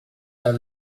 are